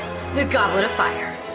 the goblet of fire.